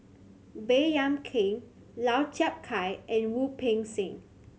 Baey Yam Keng Lau Chiap Khai and Wu Peng Seng